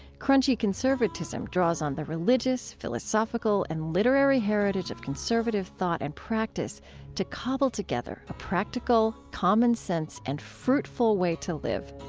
crunchy conservatism draws on the religious, philosophical, and literary heritage of conservative thought and practice to cobble together a practical common sense and fruitful way to live.